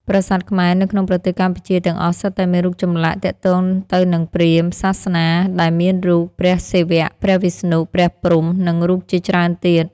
ប្រាសាទខ្មែរនៅក្នុងប្រទេសកម្ពុជាទាំងអស់សុទ្ធតែមានរូចចម្លាក់ទាក់ទងទៅនិងព្រាហ្មណ៍សាសនាដែលមានរូប ព្រះសិវៈ ព្រះវិស្ណុ ព្រះព្រហ្មនិងរូបជាច្រើនទៀត